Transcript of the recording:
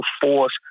force